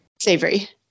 Savory